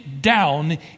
down